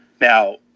Now